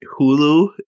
Hulu